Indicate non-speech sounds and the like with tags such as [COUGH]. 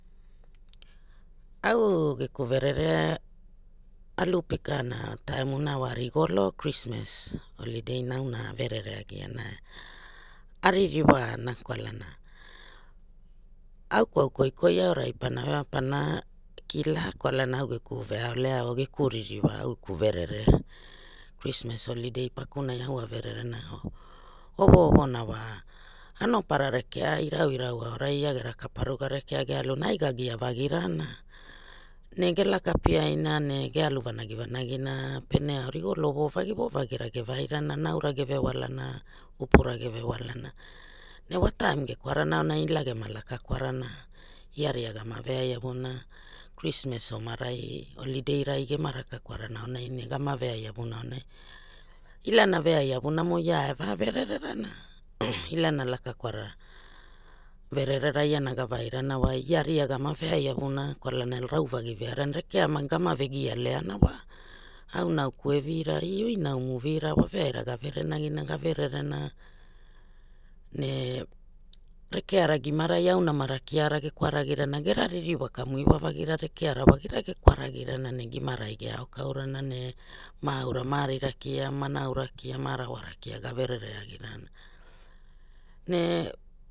Au geku verere alu pikana taimuna wa, rigolo krimas olidei auna averere agiana. Aririwaana kwalana au kwau koikoi aorai pana, pana kila kwalana au geku veaolea oo geku ririwa au geku verere, [NOISE] krismas olidei pakunai au averena ovoovona anopara rekea irauirau aorai ira gera kaparuga rekea gealuna, ai gagia vagirana. Ne gelaka piaina ne gealu vanagi vanagina pene ao rigolo vovagi vovagira gevairana, naura geve walana, upura [NOISE] geve walana. Ne wa taem gekwarana aonai ila gema laka kwarana, ia ria gama veaiavuna, krimas omarai olideirai gema raka kwarana aonai ne gama veaiavuna aonai, ilana veaiavu namo ia evaa verererana. [NOISE] Ilana lakakwara vererera iana gavairana wa, ia ria gama veaiavuna kwalana rauvagi veara, rekea gama vegia leaana wa. Au nauku evira e oi naumu vira waveaira gave renagina gavererena, ne rekeara gimarai au namara kiara gekwaragirana gera ririwa kamuiwagira rekeara [NOISE] wagia gekwaragirana ne gimarai geaokaurana ne maanaura kia, maarira kia, maanaura kia, maarawara kia gaverere agiana, ne